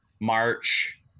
March